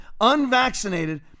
unvaccinated